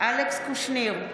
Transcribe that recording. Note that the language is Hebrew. אלכס קושניר,